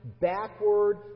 backward